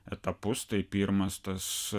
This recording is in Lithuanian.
etapus tai pirmas tas